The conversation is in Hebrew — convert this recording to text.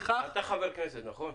אתה חבר כנסת, נכון?